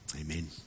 Amen